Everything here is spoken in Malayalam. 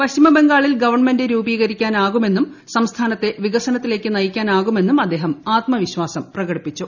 പശ്ചിമബംഗാളിൽ ഗവൺമെന്റ് രൂപീകരിക്കാനാകുമെന്നും സംസ്ഥാനത്തെ വികസനത്തിലേയ്ക്ക് നയിക്കാനാകുമെന്നും അദ്ദേഹം ആത്മവിശ്വാസം പ്രകടിപ്പിച്ചു